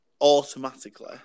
automatically